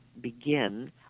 begin